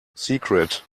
secret